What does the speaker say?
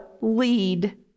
lead